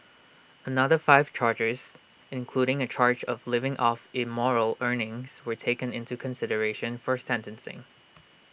another five charges including A charge of living off immoral earnings were taken into consideration for sentencing